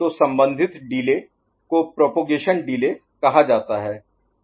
तो संबंधित delay Delay देरी को प्रोपगेशन डिले Propagation Delay प्रसार विलंब कहा जाता है